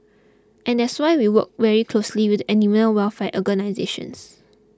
and that's why we work very closely with the animal welfare organisations